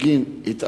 בגין כל התאבדות?